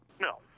No